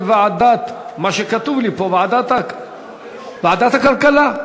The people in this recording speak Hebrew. לדיון מוקדם בוועדה שתקבע ועדת הכנסת נתקבלה.